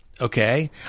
okay